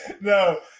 No